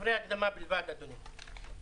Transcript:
דברי הקדמה בלבד, אדוני.